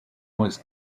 was